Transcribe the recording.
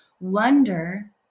wonder